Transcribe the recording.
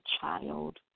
child